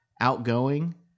outgoing